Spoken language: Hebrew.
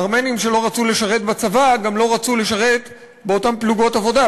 הארמנים שלא רצו לשרת בצבא גם לא רצו לשרת באותן פלוגות עבודה,